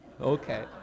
Okay